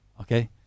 Okay